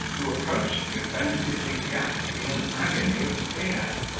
who approached the offended ecclesiastic in an agony of fear.